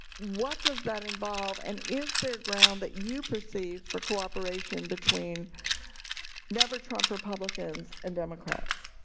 what does that involve and is there ground that you perceive for cooperation between never trump republicans and democrats?